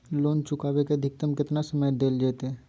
Loan चुकाबे के अधिकतम केतना समय डेल जयते?